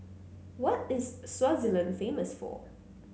what is Swaziland famous for